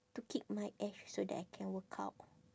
to kick my ass so that I can work out